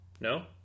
No